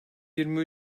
yirmi